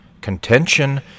Contention